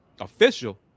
official